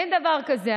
אין דבר כזה.